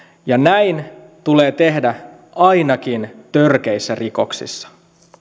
ja näin tulee tehdä ainakin törkeissä rikoksissa